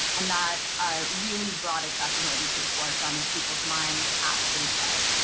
and that ah really brought accessibility to the forefront of people's minds at three play.